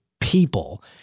people